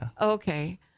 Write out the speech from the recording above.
Okay